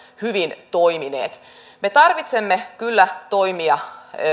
hyvin toimineet me tarvitsemme kyllä toimia